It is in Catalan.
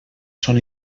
són